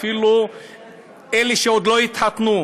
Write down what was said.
אפילו אלו שעוד לא התחתנו,